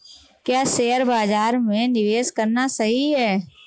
क्या शेयर बाज़ार में निवेश करना सही है?